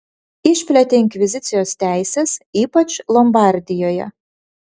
išplėtė inkvizicijos teises ypač lombardijoje